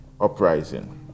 uprising